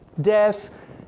death